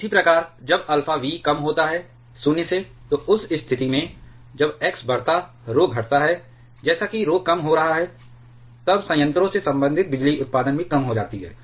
इसी प्रकार जब अल्फा v कम होता है 0 से तो उस स्थिति में जब x बढ़ता rho घटता है जैसा कि rho कम हो रहा है तब संयंत्रों से संबंधित बिजली उत्पादन भी कम हो जाता है